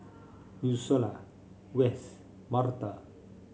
Ursula Wess Martha